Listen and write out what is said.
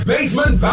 Basement